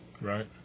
Right